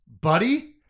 Buddy